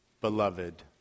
beloved